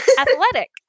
athletic